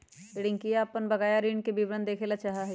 रियंका अपन बकाया ऋण के विवरण देखे ला चाहा हई